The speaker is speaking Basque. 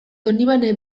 donibane